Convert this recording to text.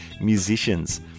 musicians